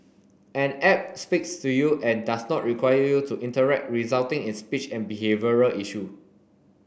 an app speaks to you and does not require you to interact resulting in speech and behavioural issue